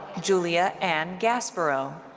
juia anne gasbarro.